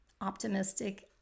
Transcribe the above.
optimistic